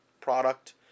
product